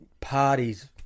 parties